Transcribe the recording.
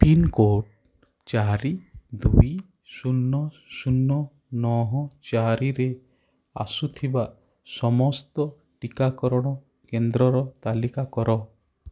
pincode ଚାରି ଦୁଇ ଶୂନ ଶୂନ ନଅ ଚାରିରେ ଆସୁଥିବା ସମସ୍ତ ଟିକାକରଣ କେନ୍ଦ୍ରର ତାଲିକା କର